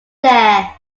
there